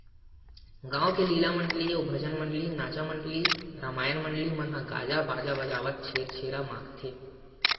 गाँव के लीला मंडली अउ भजन मंडली, नाचा मंडली, रमायन मंडली मन ह गाजा बाजा बजावत छेरछेरा मागथे